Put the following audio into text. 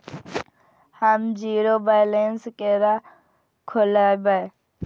हम zero balance केना खोलैब?